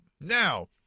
now